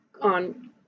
on